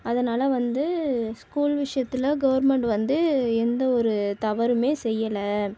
அதனால் வந்து ஸ்கூல் விஷயத்தில் கவர்ன்மெண்ட் வந்து எந்த ஒரு தவறுமே செய்யலை